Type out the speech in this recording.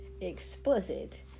explicit